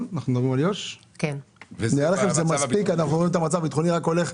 אותם כללים,